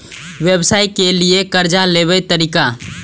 व्यवसाय के लियै कर्जा लेबे तरीका?